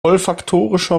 olfaktorischer